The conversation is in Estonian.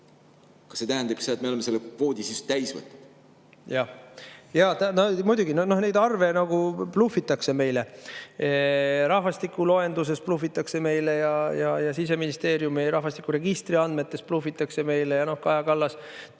Kas see tähendab seda, et me oleme selle kvoodi täis võtnud? Jaa, muidugi, nendes arvudes blufitakse meile. Rahvastiku loenduses blufitakse meile ja Siseministeeriumi rahvastikuregistri andmetes blufitakse meile. Kaja Kallas